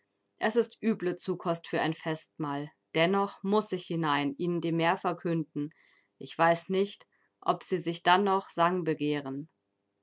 es ist üble zukost für ein festmahl dennoch muß ich hinein ihnen die mär verkünden ich weiß nicht ob sie sich dann noch sang begehren